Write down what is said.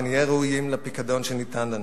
ונהיה ראויים לפיקדון שניתן לנו.